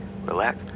relax